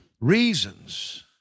reasons